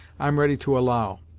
i'm ready to allow,